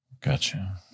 Gotcha